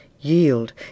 Yield